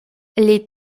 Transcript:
les